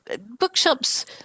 bookshops